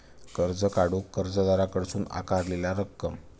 कर्ज काढूक कर्जदाराकडसून आकारलेला रक्कम